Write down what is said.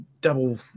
double